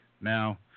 Now